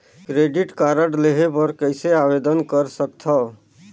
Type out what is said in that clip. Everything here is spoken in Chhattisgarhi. क्रेडिट कारड लेहे बर कइसे आवेदन कर सकथव?